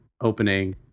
opening